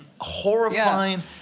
horrifying